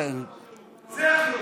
זה החירום.